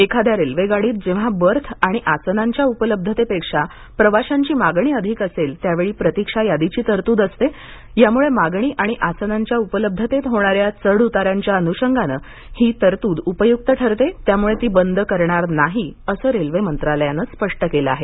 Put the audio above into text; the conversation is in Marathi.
एखाद्या रेल्वे गाडीत जेव्हा बर्थ आणि आसनांच्या उपलब्धतेपेक्षा प्रवाशांची मागणी अधिक असेल त्यावेळी प्रतीक्षा यादीची तरतूद असते यामुळे मागणी आणि आसनाच्या उपलब्धतेत होणाऱ्या चढउताराच्या अनुषंगाने ही तरतूद उपयुक्त ठरते त्यामुळे ती बंद करणार नाही असं रेल्वे मंत्रालयानं स्पष्ट केलं आहे